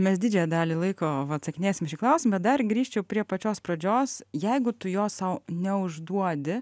mes didžiąją dalį laiko atsakinėsim į šį klausimą dar grįžčiau prie pačios pradžios jeigu tu jo sau neužduodi